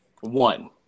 One